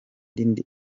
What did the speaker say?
ndirimba